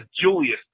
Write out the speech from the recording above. Julius